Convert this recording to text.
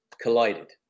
collided